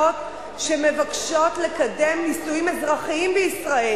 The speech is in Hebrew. שמבקשות לקדם נישואים אזרחיים בישראל.